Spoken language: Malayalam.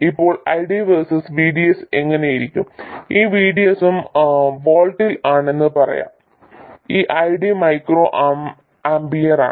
ഇപ്പോൾ ID വേഴ്സസ് VDS എങ്ങനെയിരിക്കും ഈ VDS ഉം വോൾട്ടിൽ ആണെന്ന് പറയാം ഈ ID മൈക്രോ ആമ്പിയറിലാണ്